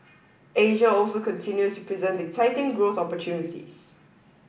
Asia also continues to present exciting growth opportunities